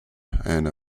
and